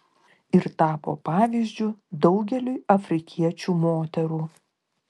ir tapo pavyzdžiu daugeliui afrikiečių moterų